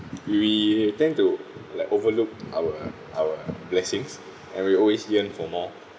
we tend to like overlooked our our blessings and we always yearn for more